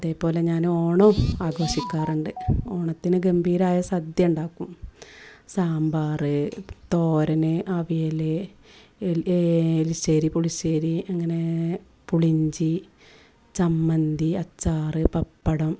അതേപോലെ ഞാനോണം ആഘോഷിക്കാറുണ്ട് ഓണത്തിനു ഗംഭീരായ സദ്യ ഉണ്ടാക്കും സാമ്പാർ തോരൻ അവിയൽ ഇല് എരിശ്ശേരി പുളിശ്ശേരി അങ്ങനെ പുളിയിഞ്ചി ചമ്മന്തി അച്ചാർ പപ്പടം